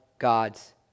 God's